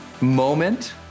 moment